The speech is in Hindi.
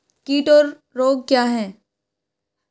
कीट और रोग क्या हैं?